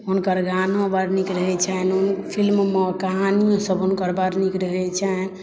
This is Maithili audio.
हुनकर गानो बड़ नीक रहै छनि फिल्म मे कहानियो सभ हुनकर बड़ नीक रहै छनि